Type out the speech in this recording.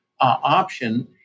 option